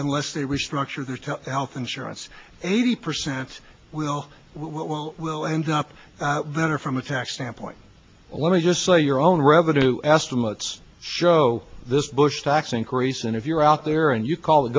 unless they restructure their to health insurance eighty percent will while will ends up better from a tax standpoint let me just say your own revenue estimates show this bush tax increase and if you're out there and you call